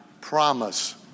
promise